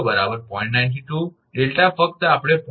92 𝛿 ફક્ત આપણે 0